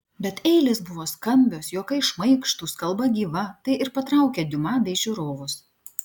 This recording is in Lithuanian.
bet eilės buvo skambios juokai šmaikštūs kalba gyva tai ir patraukė diuma bei žiūrovus